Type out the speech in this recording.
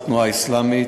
התנועה האסלאמית,